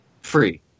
free